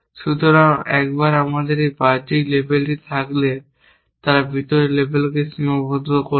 মূলত একবার আমাদের এই বাহ্যিক লেবেলটি থাকলে তারা ভিতরের লেবেলকে সীমাবদ্ধ করবে